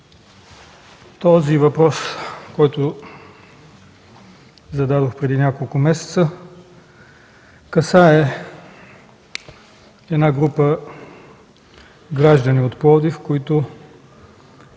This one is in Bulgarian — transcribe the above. въпросът, който зададох преди няколко месеца, касае група граждани от Пловдив, които